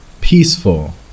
peaceful